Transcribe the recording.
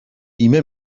بیمه